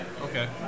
Okay